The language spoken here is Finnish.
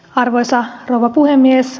arvoisa rouva puhemies